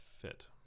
fit